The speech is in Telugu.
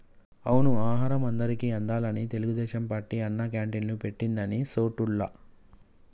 అవును ఆహారం అందరికి అందాలని తెలుగుదేశం పార్టీ అన్నా క్యాంటీన్లు పెట్టింది అన్ని సోటుల్లా